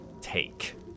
take